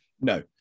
No